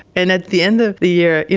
and at the end of the year, you